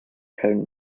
cone